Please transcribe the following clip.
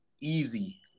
easy